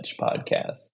podcast